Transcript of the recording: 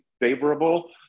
favorable